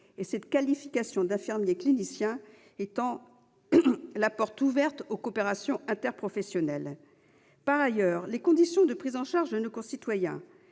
cette qualification d'infirmier clinicien étant la porte ouverte aux coopérations interprofessionnelles. Par ailleurs, les conditions de prise en charge de nos concitoyens,